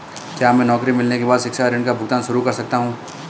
क्या मैं नौकरी मिलने के बाद शिक्षा ऋण का भुगतान शुरू कर सकता हूँ?